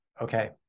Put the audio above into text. Okay